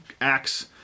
axe